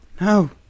No